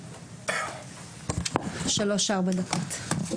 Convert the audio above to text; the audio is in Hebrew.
שלוש ארבע דקות.